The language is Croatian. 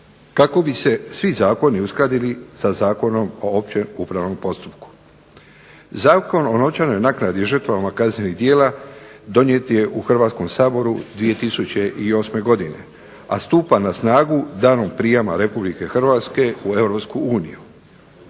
kako bi se svi zakoni uskladili sa Zakonom o općem upravnom postupku. Zakon o novčanoj naknadi žrtvama kaznenih djela donijet je u Hrvatskom saboru 2008. godine, a stupa na snagu danom prijama Republike Hrvatske u